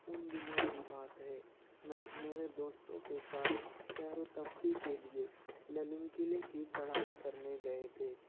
اُن دنوں کی بات ہے میں میرے دوستوں کے ساتھ سیر و تفریح کے لئے للنگ قلعے کی چڑھائی کرنے گئے تھے